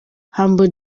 humble